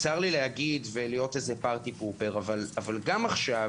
צר לי להגיד ולהיות הורס שמחות אבל גם עכשיו